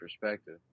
perspective